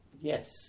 Yes